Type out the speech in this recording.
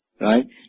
right